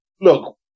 look